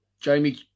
jamie